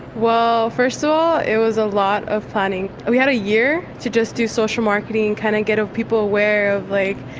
well, first of all it was a lot of planning. we had a year to just do social marketing, and kind of get people aware of like,